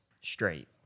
straight